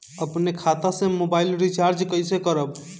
अपने खाता से मोबाइल रिचार्ज कैसे करब?